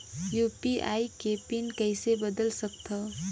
UPI के PIN कइसे बदल सकथव?